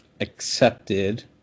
accepted